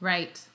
Right